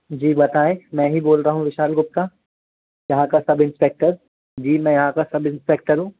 जी बताएँ मैं ही बोल रहा हूँ विशाल गुप्ता यहाँ का सबइंस्पेक्टर जी मैं यहाँ का सबइंस्पेक्टर हूँ